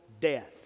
death